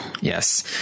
Yes